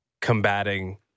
combating